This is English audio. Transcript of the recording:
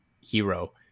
hero